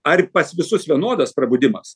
ar pas visus vienodas prabudimas